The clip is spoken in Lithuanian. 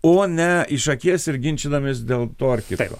o ne iš akies ir ginčydamies dėl to ar kitko